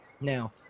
Now